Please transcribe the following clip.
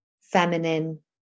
feminine